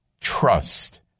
trust